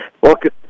Welcome